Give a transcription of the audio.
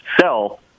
sell